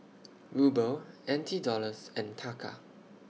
Ruble N T Dollars and Taka